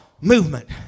movement